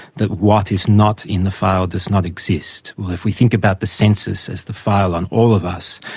that what is not in the file does not exist. well, if we think about the census as the file on all of us,